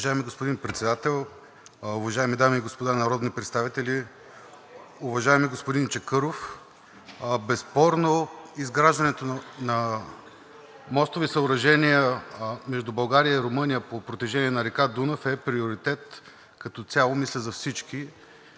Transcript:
Уважаеми господин Председател, уважаеми дами и господа народни представители! Уважаеми господин Чакъров, безспорно изграждането на мостови съоръжения между България и Румъния по протежение на река Дунав е приоритет като цяло, мисля, за всички